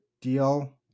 deal